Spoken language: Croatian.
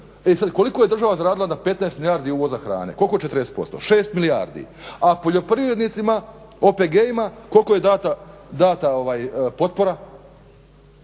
koliko je država zaradila na 15 milijardi uvoza hrane, koliko je 40%? 6 milijardi a poljoprivrednicima OPG-ima, koliko je dana, dana potpora,